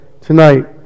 tonight